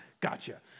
gotcha